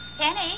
Penny